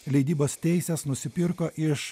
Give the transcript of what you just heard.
leidybos teises nusipirko iš